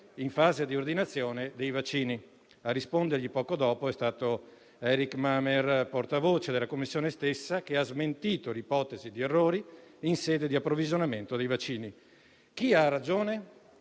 in fase di ordinazione dei vaccini. A rispondergli, poco dopo, è stato Eric Mamer, portavoce della Commissione stessa, che ha smentito l'ipotesi di errori in sede di approvvigionamento dei vaccini. Chi ha ragione?